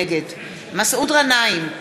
נגד מסעוד גנאים,